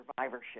survivorship